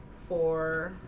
for